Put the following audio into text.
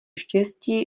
štěstí